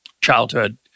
childhood